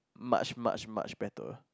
much much much better